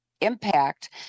impact